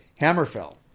Hammerfell